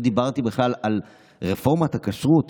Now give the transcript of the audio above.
לא דיברתי בכלל על רפורמת הכשרות,